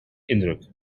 indruk